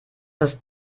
ist